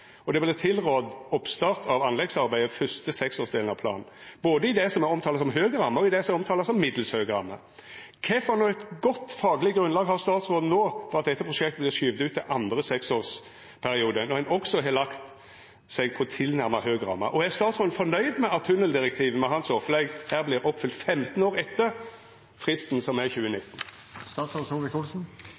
og det vert tilrådd oppstart av anleggsarbeidet i første seksårsdel av planen, både i det som er omtala som høg ramme, og i det som er omtala som middels høg ramme. Kva for eit godt fagleg grunnlag har statsråden no for at dette prosjektet vert skyvd ut til andre seksårsperiode, når ein også har lagt seg på tilnærma høg ramme? Og er statsråden fornøgd med at tunneldirektivet med hans opplegg her vert oppfylt 15 år etter fristen, som er